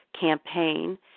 campaign